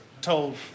told